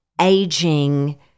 aging